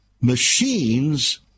machines